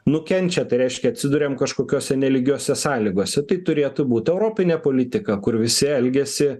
nukenčia tai reiškia atsiduriam kažkokiose nelygiose sąlygose tai turėtų būti europinė politika kur visi elgiasi